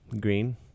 Green